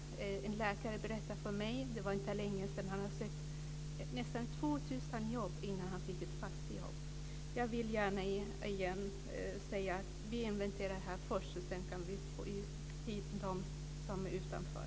En läkare berättade för mig för inte länge sedan att han sökt nästan 2 000 jobb innan han fick ett fast jobb. Vi måste inventera här först. Sedan kan vi få hit dem som är utanför.